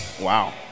Wow